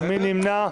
מי נמנע?